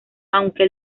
aunque